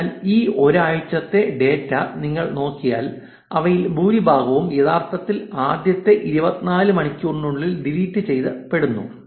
അതിനാൽ ഈ ഒരാഴ്ചത്തെ ഡാറ്റ നിങ്ങൾ നോക്കിയാൽ അവയിൽ ഭൂരിഭാഗവും യഥാർത്ഥത്തിൽ ആദ്യത്തെ 24 മണിക്കൂറിനുള്ളിൽ ഡിലീറ്റ് ചെയ്യ പെടുന്നു